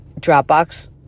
Dropbox